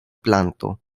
planto